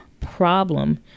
problem